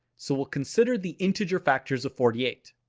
so we'll consider the integer factors of forty eight.